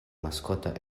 mascota